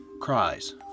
cries